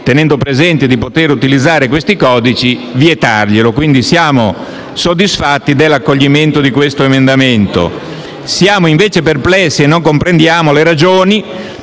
sapendo di poter utilizzare questi codici, vietarglielo. Quindi siamo soddisfatti dell'accoglimento di questo emendamento. Siamo invece perplessi e non comprendiamo le ragioni